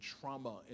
trauma